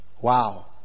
Wow